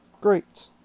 Great